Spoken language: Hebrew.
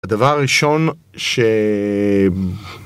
הדבר הראשון ש...